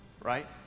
Right